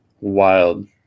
Wild